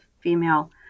female